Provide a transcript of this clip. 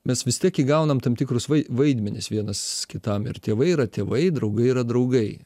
mes vis tiek įgaunam tam tikrus vaidmenis vienas kitam ir tėvai yra tėvai draugai yra draugai